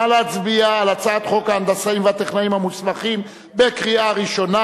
נא להצביע על הצעת חוק ההנדסאים והטכנאים המוסמכים בקריאה ראשונה.